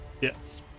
yes